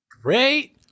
Great